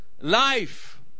life